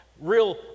real